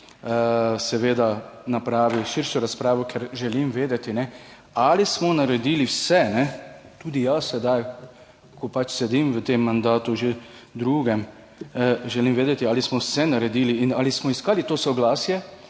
seveda opravi širša razprava, ker želim vedeti, ali smo naredili vse, tudi jaz sedaj, ko pač sedim v tem mandatu, že v drugem, želim vedeti, ali smo vse naredili in ali smo iskali to soglasje,